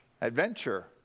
adventure